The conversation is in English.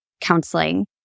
counseling